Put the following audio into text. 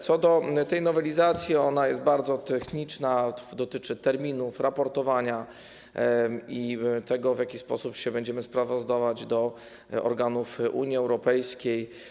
Co do tej nowelizacji, ona jest bardzo techniczna, dotyczy terminów, raportowania i tego, w jaki sposób się będziemy sprawozdawać do organów Unii Europejskiej.